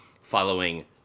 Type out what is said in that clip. following